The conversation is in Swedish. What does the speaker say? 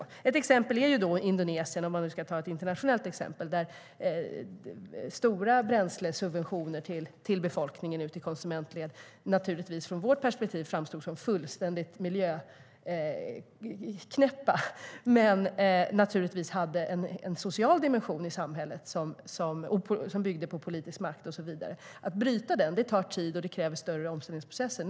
Ett exempel är Indonesien, om vi nu ska ta ett internationellt exempel. Där framstår stora bränslesubventioner till befolkningen, ut i konsumentledet, från vårt perspektiv som fullständigt miljöknäppa, men de har naturligtvis haft en social dimension i samhället som byggt på politisk makt och så vidare. Att bryta det tar tid och kräver större omställningsprocesser.